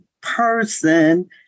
person